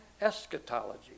eschatology